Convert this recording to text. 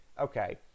okay